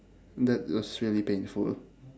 that was really painful